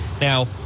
now